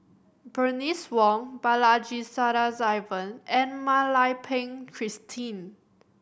Bernice Wong Balaji Sadasivan and Mak Lai Peng Christine